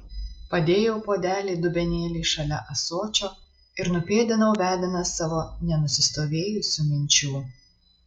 padėjau puodelį dubenėlį šalia ąsočio ir nupėdinau vedinas savo nenusistovėjusių minčių